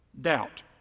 doubt